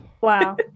wow